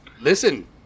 Listen